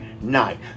night